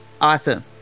awesome